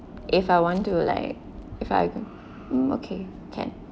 if I want to like if I'm okay can